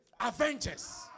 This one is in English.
Avengers